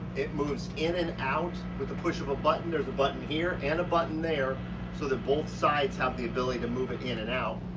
it moves in and out with the push of a button. there's a button here and a button there so that both sides have the ability to move it in and out.